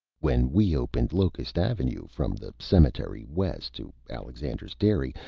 when we opened locust avenue from the cemetery west to alexander's dairy,